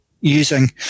Using